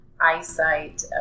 eyesight